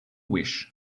wish